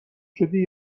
شدی